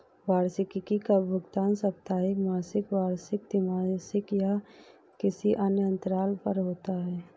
वार्षिकी का भुगतान साप्ताहिक, मासिक, वार्षिक, त्रिमासिक या किसी अन्य अंतराल पर होता है